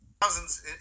Thousands